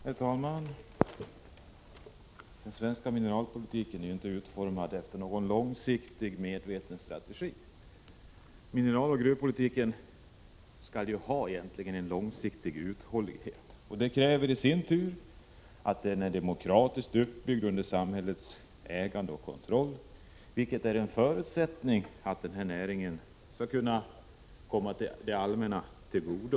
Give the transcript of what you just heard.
Herr talman! Den svenska mineralpolitiken är inte utformad efter någon långsiktig, medveten strategi. Egentligen skall ju mineraloch gruvpolitiken ha en långsiktig uthållighet, och det kräver i sin tur att den är demokratiskt uppbyggd under samhällets ägande och kontroll, vilket är en förutsättning för att näringen skall kunna komma det allmänna till godo.